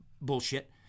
bullshit